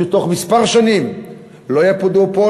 הוא שתוך כמה שנים לא יהיה פה דואופול,